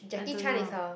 I don't know